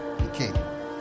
Okay